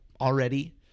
already